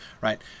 right